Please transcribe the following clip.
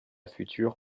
future